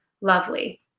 lovely